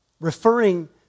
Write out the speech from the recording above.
referring